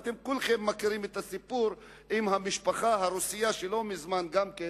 ואתם כולכם מכירים את הסיפור עם המשפחה הרוסייה שלא מזמן גם כן